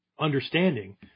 Understanding